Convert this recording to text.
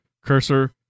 cursor